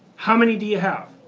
how many do you have?